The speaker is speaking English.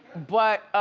but,